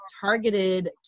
targeted